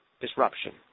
disruption